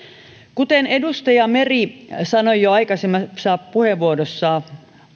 kuten edustaja meri sanoi jo aikaisemmassa puheenvuorossaan